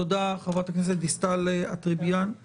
תודה, חברת הכנסת דיסטל אטבריאן.